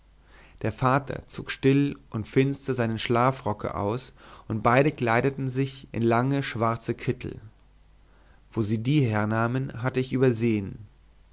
der vater zog still und finster seinen schlafrock aus und beide kleideten sich in lange schwarze kittel wo sie die hernahmen hatte ich übersehen